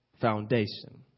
foundation